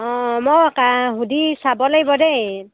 অঁ মই সুধি চাব লাগিব দেই